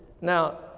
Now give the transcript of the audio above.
Now